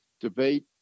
debate